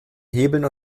hebeln